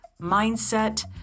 mindset